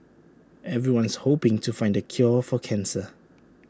everyone's hoping to find the cure for cancer